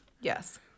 Yes